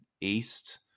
East